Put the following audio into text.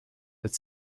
that